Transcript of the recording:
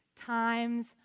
Times